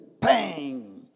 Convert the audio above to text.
Bang